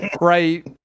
right